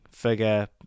figure